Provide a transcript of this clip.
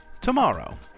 tomorrow